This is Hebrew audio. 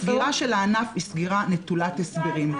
הסגירה של הענף היא סגירה נטולת הסברים.